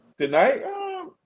tonight